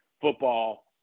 football